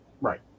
Right